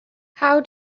how